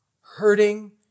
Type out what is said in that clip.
hurting